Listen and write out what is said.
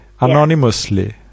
anonymously